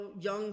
young